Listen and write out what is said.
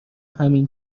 همین